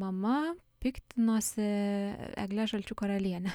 mama piktinosi egle žalčių karaliene